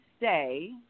say